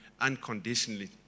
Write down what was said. unconditionally